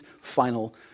final